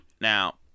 Now